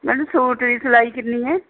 ma'am suit ਦੀ ਸਿਲਾਈ ਕਿੰਨੀ ਹੈ